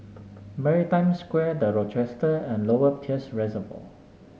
Maritime Square The Rochester and Lower Peirce Reservoir